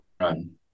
run